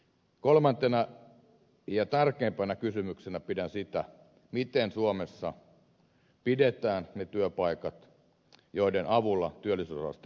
kolmantena ja tärkeimpänä kysymyksenä pidän sitä miten suomessa pidetään ne työpaikat joiden avulla työllisyysaste pysyy korkealla